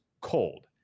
cold